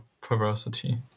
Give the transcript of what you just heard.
perversity